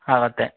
ಆಗತ್ತೆ